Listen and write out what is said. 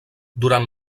durant